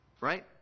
Right